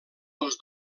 els